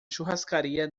churrascaria